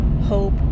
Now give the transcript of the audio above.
hope